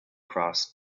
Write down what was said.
crossed